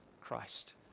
Christ